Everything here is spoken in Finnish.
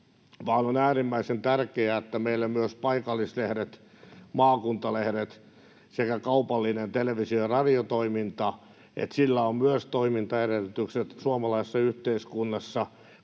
vaan on äärimmäisen tärkeää, että meillä myös paikallislehdillä, maakuntalehdillä sekä kaupallisella televisio‑ ja radiotoiminnalla on toimintaedellytykset suomalaisessa yhteiskunnassa,